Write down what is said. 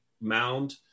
mound